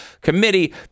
committee